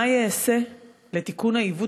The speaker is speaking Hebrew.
רצוני לשאול: מה ייעשה לתיקון העיוות